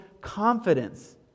confidence